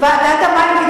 ועדת המים,